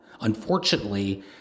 unfortunately